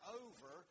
over